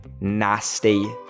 nasty